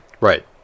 Right